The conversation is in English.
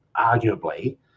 arguably